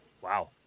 Wow